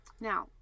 now